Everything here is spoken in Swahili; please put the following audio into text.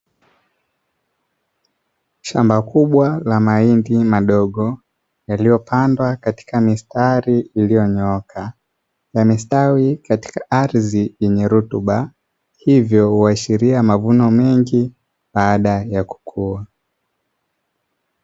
Shamba kubwa la mahindi madogo, yaliyopandwa katika mistari iliyonyooka, yamestawi katika ardhi yenye rutuba, hivyo huashiria mavuno mengi baada ya kukua.